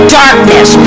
darkness